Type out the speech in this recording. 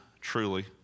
truly